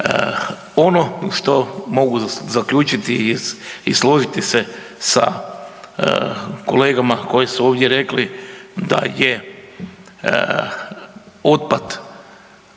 Ono što mogu zaključiti i složiti se sa kolegama koje su ovdje rekli da je otpad